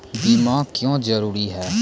बीमा क्यों जरूरी हैं?